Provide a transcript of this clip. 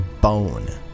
bone